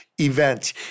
event